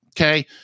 Okay